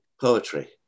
poetry